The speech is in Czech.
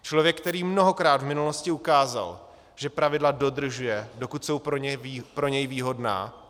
Člověk, který mnohokrát v minulosti ukázal, že pravidla dodržuje, dokud jsou pro něj výhodná.